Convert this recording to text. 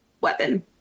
weapon